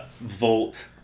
Volt